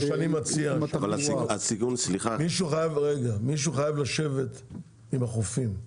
מה שאני מציע, מישהו חייב לשבת עם החופים.